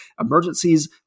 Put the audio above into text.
emergencies